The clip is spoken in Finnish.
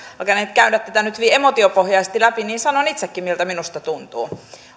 alkaneet käydä tätä nyt hyvin emootiopohjaisesti läpi niin sanon itsekin miltä minusta tuntuu